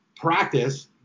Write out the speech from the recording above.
practice